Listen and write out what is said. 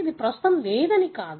ఇది ప్రస్తుతం లేదని కాదు